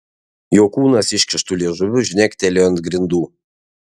jo kūnas iškištu liežuviu žnektelėjo ant grindų